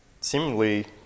seemingly